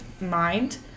mind